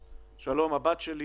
שלום, הבת שלי